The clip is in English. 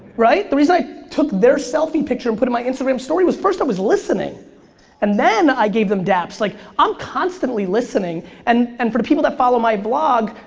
right? the reason i took their selfie picture and put it in my instagram story was, first, i was listening and then i gave them daps, like, i'm constantly listening and and for the people that follow my vlog,